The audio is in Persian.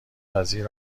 وزیر